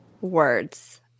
Words